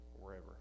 wherever